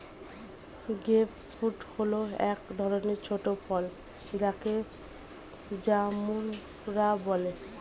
grape fruit হল এক ধরনের ছোট ফল যাকে জাম্বুরা বলে